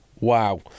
Wow